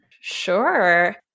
Sure